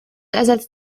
ersetzt